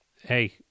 Hey